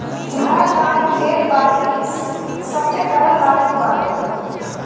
घर, गाड़ी, खेत बारी सबपे कर लागत हवे